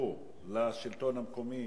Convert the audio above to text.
שהובטחו לשלטון המקומי